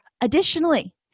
Additionally